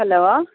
hello